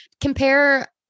compare